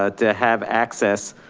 ah to have access,